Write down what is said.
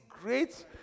great